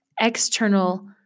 external